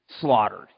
slaughtered